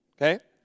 okay